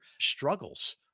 struggles